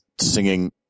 singing